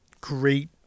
great